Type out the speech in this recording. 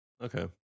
Okay